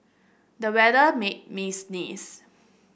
the weather made me sneeze